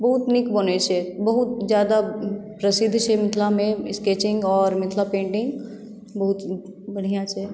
बहुत नीक बनै छै बहुत जादा प्रसिद्ध छै मिथिलामे स्केचिंग आओर मिथिला पेन्टिंग बहुत बढ़िऑं छै